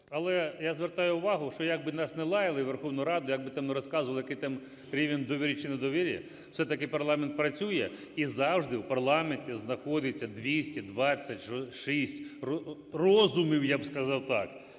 Але я звертаю увагу, що як би нас не лаяли, Верховну Раду, як би там не розказували, який там рівень доверия чи недоверия, все-таки парламент працює і завжди в парламенті знаходиться 226 розумів, я б сказав так,